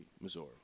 Missouri